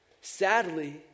Sadly